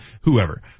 whoever